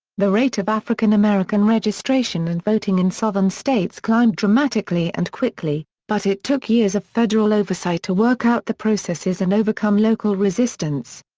the rate of african american registration and voting in southern states climbed dramatically and quickly, but it took years of federal oversight to work out the processes and overcome local resistance.